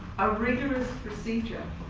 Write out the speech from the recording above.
rigorous procedure